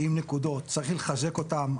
צריך לחזק אותם.